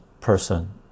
person